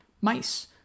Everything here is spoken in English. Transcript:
mice